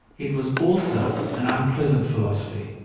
it was also an unpleasant philosophy.